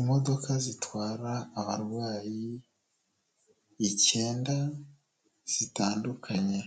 Imodoka zitwara abarwayi ikenda zitandukanye